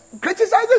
criticizing